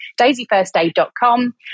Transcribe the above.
daisyfirstaid.com